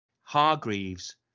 Hargreaves